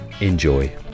enjoy